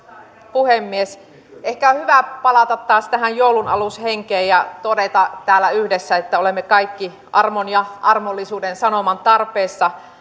puhemies ehkä on hyvä palata taas tähän joulunalushenkeen ja todeta täällä yhdessä että olemme kaikki armon ja armollisuuden sanoman tarpeessa